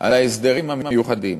של ההסדרים המיוחדים